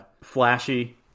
flashy